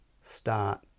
start